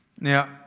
Now